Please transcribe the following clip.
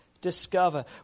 discover